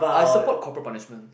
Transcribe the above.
I support corporal punishment